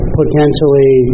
potentially